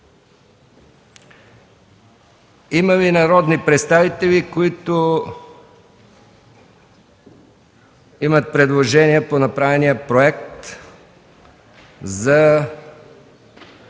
Има ли народни представители, които имат предложения по направения Проект за